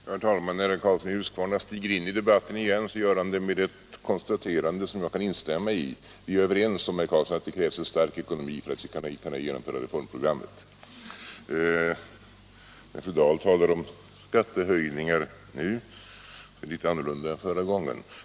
Herr talman! När herr Karlsson i Huskvarna stiger in i debatten igen gör han det med ett konstaterande som jag kan instämma i. Vi är överens om, herr Karlsson, att det krävs en stark ekonomi för att vi skall kunna genomföra reformprogrammet. När fru Dahl talar om skattehöjningar nu är det litet annorlunda än förra gången.